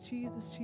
Jesus